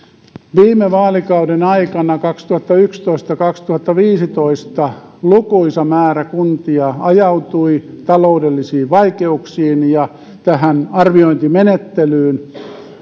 viime vaalikauden aikana kaksituhattayksitoista viiva kaksituhattaviisitoista lukuisa määrä kuntia ajautui taloudellisiin vaikeuksiin ja tähän arviointimenettelyyn